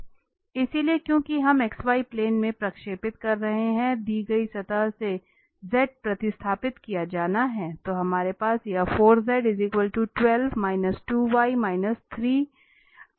इसलिए क्योंकि हम xy प्लेन में प्रक्षेपित कर रहे हैं दी गई सतह से z प्रतिस्थापित किया जाना है